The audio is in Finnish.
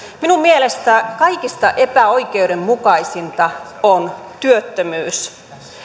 minun mielestäni kaikista epäoikeudenmukaisinta on työttömyys